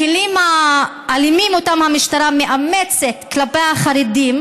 הכלים האלימים שהמשטרה מאמצת כלפי החרדים,